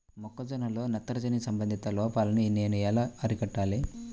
మొక్క జొన్నలో నత్రజని సంబంధిత లోపాన్ని నేను ఎలా అరికట్టాలి?